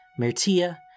Mertia